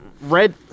Red